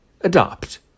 adopt